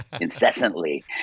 incessantly